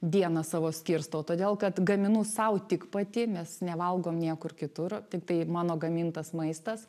dieną savo skirstau todėl kad gaminu sau tik pati mes nevalgom niekur kitur tiktai mano gamintas maistas